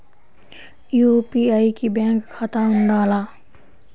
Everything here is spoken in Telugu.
యూ.పీ.ఐ కి బ్యాంక్ ఖాతా ఉండాల?